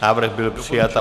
Návrh byl přijat.